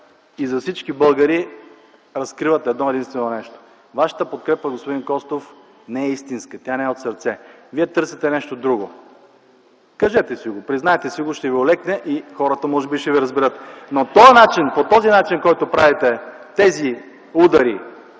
и за всички българи разкриват едно-единствено нещо – Вашата подкрепа, господин Костов, не е истинска, тя не е от сърце. Вие търсите нещо друго. Кажете си го, признайте си го, ще Ви олекне и хората може би ще Ви разберат. Но по този начин, по който правите тези удари